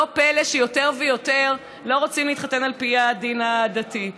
לא פלא שיותר ויותר לא רוצים להתחתן על פי הדין הדתי.